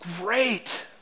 Great